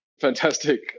Fantastic